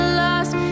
lost